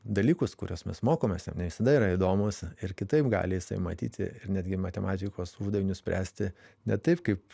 dalykus kuriuos mes mokomės jam ne visada yra įdomūs ir kitaip gali matyti ir netgi matematikos uždavinius spręsti ne taip kaip